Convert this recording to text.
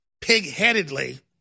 pig-headedly